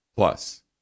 Plus